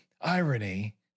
irony